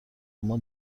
اما